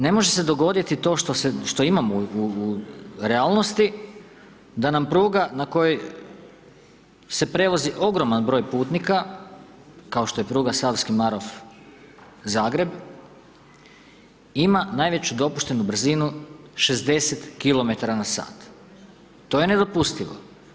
Ne može se dogoditi to što imamo u realnosti, da nam pruga, na kojoj se prevozi ogroman broj putnika, kao što je pruga Savski Marof Zagreb, ima najveću dopuštenu brzinu 60km/h to je nedopustivo.